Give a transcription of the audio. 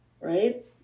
right